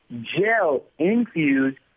gel-infused